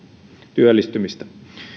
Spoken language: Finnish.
työllistymistä